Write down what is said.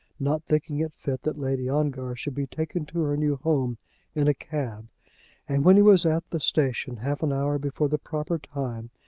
not thinking it fit that lady ongar should be taken to her new home in a cab and when he was at the station, half an hour before the proper time,